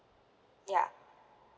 ya